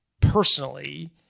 personally